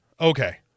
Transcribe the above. okay